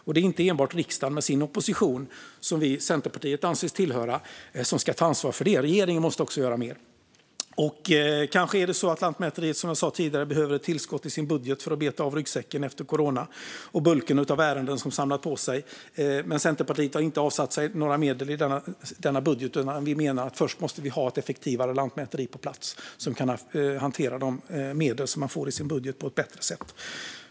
Det är inte enbart riksdagen med sin opposition, som vi i Centerpartiet anses tillhöra, som ska ta ansvar för det. Regeringen måste också göra mer. Kanske är det så att Lantmäteriet, som jag sa tidigare, behöver ett tillskott i sin budget för att beta av det som finns i ryggsäcken efter corona och de ärenden som man samlat på sig. Men Centerpartiet har inte avsatt några medel för det i denna budget. Vi menar att vi först måste ha ett effektivare lantmäteri på plats, som på ett bättre sätt kan hantera de medel som man får i sin budget.